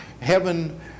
heaven